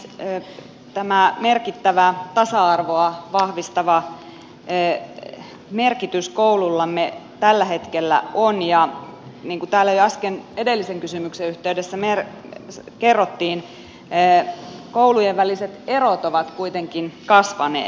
tämä merkittävä tasa arvoa vahvistava merkitys koulullamme tällä hetkellä on ja niin kuin täällä jo äsken edellisen kysymyksen yhteydessä kerrottiin koulujen väliset erot ovat kuitenkin kasvaneet